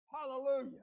Hallelujah